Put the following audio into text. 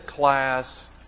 Class